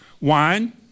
wine